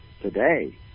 today